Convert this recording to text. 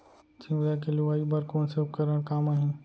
तिंवरा के लुआई बर कोन से उपकरण काम आही?